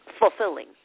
fulfilling